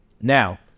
Now